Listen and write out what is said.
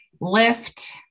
lift